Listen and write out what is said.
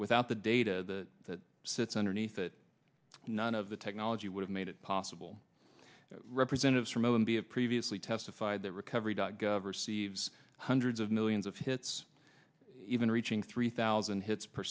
without the data that sits underneath it none of the technology would have made it possible representatives from o m b have previously testified that recovery dot gov receives hundreds of millions of hits even reaching three thousand hits per